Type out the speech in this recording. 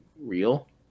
real